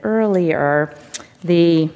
earlier the